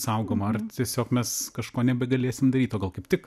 saugoma ar tiesiog mes kažko nebegalėsim daryt o gal kaip tik